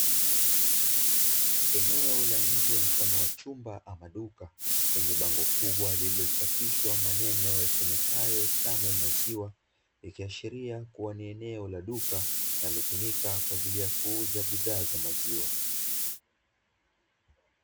Eneo la nje mfano wa chumba ama duka, lenye bango kubwa lililochapishwa maneno yasomekayo utamu wa maziwa, likiashiria kuwa ni eneo la duka ,linalotumika kwa ajili ya kuuza bidhaa za maziwa.